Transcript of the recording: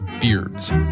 beards